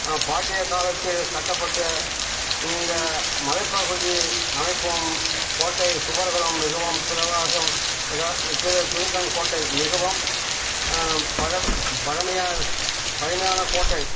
பாண்டியக் காலத்தில் கட்டப்பட்டு இங்கே மலைப் பகுதி அமைப்பும் கோட்டை சுவர்களும் மிகவும் பிரகாசம் ஆக திரு திருக்கண் கோட்டை மிகவும் பழ பழமையா பழமையான கோட்டை